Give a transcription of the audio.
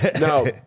No